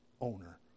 owner